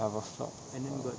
ya bawah block ah